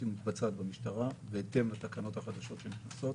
שמתבצעת במשטרה בהתאם לתקנות החדשות שנכנסות.